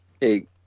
hey